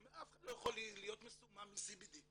אף אחד לא יכול להיות מסומם מ-CBD.